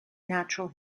natural